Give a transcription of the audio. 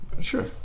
Sure